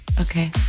Okay